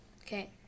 Okay